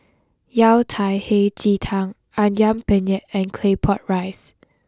Yao Cai Hei Ji Tang Ayam Penyet and Claypot Rice